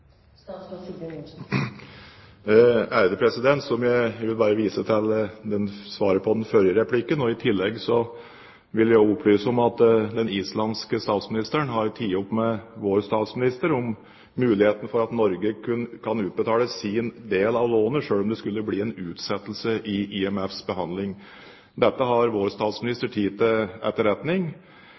Jeg vil bare vise til svaret på den forrige replikken. I tillegg vil jeg også opplyse om at den islandske statsministeren har tatt opp med vår statsminister muligheten for at Norge kan utbetale sin del av lånet, selv om det skulle bli en utsettelse i IMFs behandling. Dette har vår statsminister tatt til etterretning,